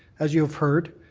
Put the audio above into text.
as you have heard,